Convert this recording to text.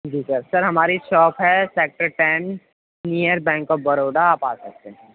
جی sir sir ہماری shop ہے sector ten near bank of Baroda آپ آ سکتے ہیں